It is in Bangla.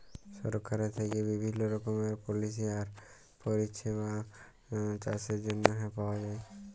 সরকারের থ্যাইকে বিভিল্ল্য রকমের পলিসি আর পরিষেবা চাষের জ্যনহে পাউয়া যায়